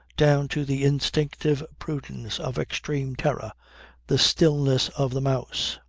down to the instinctive prudence of extreme terror the stillness of the mouse.